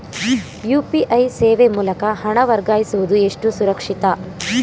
UPI ಸೇವೆ ಮೂಲಕ ಹಣ ವರ್ಗಾಯಿಸುವುದು ಎಷ್ಟು ಸುರಕ್ಷಿತ?